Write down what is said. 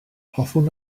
hoffwn